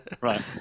Right